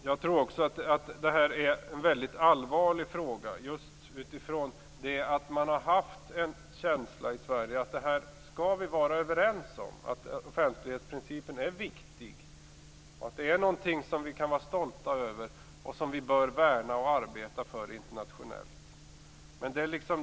Jag menar att det här är en väldigt allvarlig fråga med tanke på att vi i Sverige har haft en känsla av enighet om att offentlighetsprincipen är viktig, någonting som vi kan vara stolta över och som vi bör värna och arbeta för internationellt.